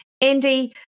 andy